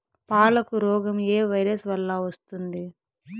పాలకు రోగం ఏ వైరస్ వల్ల వస్తుంది?